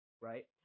right